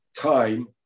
time